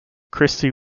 christie